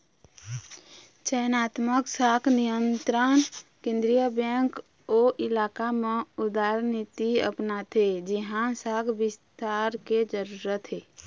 चयनात्मक शाख नियंत्रन केंद्रीय बेंक ओ इलाका म उदारनीति अपनाथे जिहाँ शाख बिस्तार के जरूरत हे